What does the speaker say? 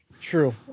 True